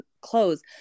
clothes